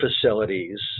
facilities